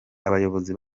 abayobozi